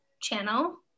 channel